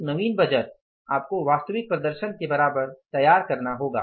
एक नवीन बजट आपको वास्तविक प्रदर्शन के बराबर तैयार करना होगा